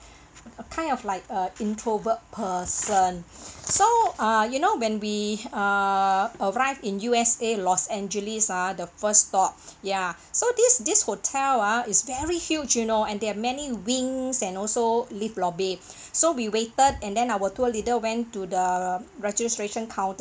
a kind of like a introvert person so ah you know when we err arrived in U_S_A los angeles ah the first stop ya so this this hotel ah is very huge you know and there are many wings and also lift lobby so we waited and then our tour leader went to the registration counter